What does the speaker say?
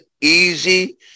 easy